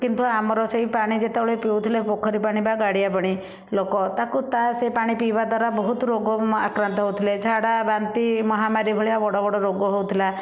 କିନ୍ତୁ ଆମର ସେହି ପାଣି ଯେତେବେଳେ ପିଉଥିଲେ ପୋଖରୀ ପାଣି ବା ଗାଡ଼ିଆ ପାଣି ଲୋକ ତାକୁ ତା ସେ ପାଣି ପିଇବା ଦ୍ଵାରା ବହୁତ ରୋଗ ଆକ୍ରାନ୍ତ ହୋଉଥିଲେ ଝାଡ଼ା ବାନ୍ତି ମହାମାରୀ ଭଳିଆ ବଡ଼ ବଡ଼ ରୋଗ ହେଉଥିଲା